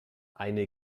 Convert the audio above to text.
eine